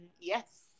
Yes